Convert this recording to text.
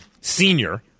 Senior